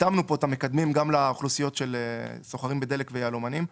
התאמנו כאן את המקדמים גם לאוכלוסיות של סוחרים בדלק ויהלומנים.